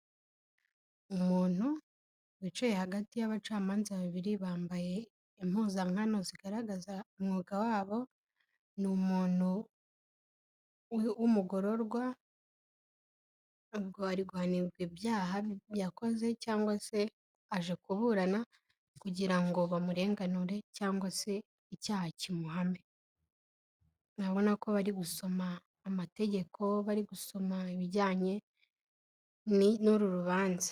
Umuntu wicaye hagati y'abacamanza babiri, bambaye impuzakano zigaragaza umwuga wabo, ni umuntu w'umugororwa ngo ari guhanirwa ibyaha yakoze cyangwa se aje kuburana, kugira ngo bamurenganure cyangwa se icyaha kimuhame, urabona ko bari gusoma amategeko, bari gusoma ibijyanye n'uru rubanza.